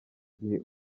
gihe